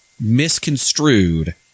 misconstrued